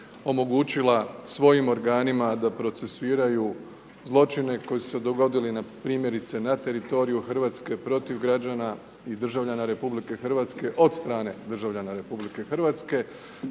omogućila svojim organima da procesuiraju zločine koji su se dogodile primjerice na teritoriju Hrvatske protiv građana i državljana RH od strane državljana RH tema